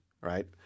right